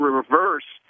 reverse